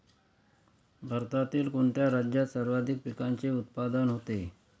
भारतातील कोणत्या राज्यात सर्वाधिक पिकाचे उत्पादन होते?